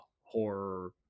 horror